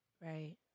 Right